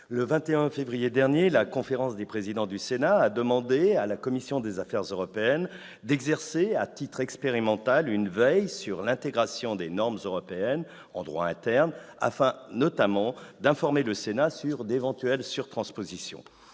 le 21 février dernier la conférence des présidents a demandé à la commission des affaires européennes d'exercer, à titre expérimental, une veille sur l'intégration des normes européennes en droit interne afin, notamment, d'informer le Sénat sur d'éventuelles surtranspositions.